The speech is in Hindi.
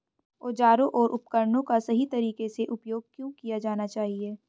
औजारों और उपकरणों का सही तरीके से उपयोग क्यों किया जाना चाहिए?